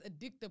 addictive